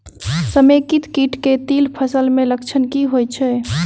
समेकित कीट केँ तिल फसल मे लक्षण की होइ छै?